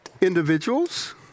individuals